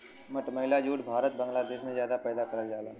मटमैला जूट भारत बांग्लादेश में जादा पैदा करल जाला